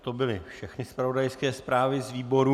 To byly všechny zpravodajské zprávy z výborů.